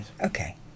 Okay